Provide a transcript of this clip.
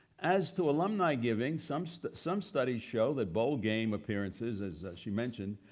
as to alumni giving, some so some studies show that bowl game appearances, as she mentioned,